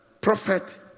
prophet